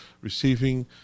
receiving